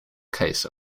case